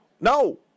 No